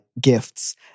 gifts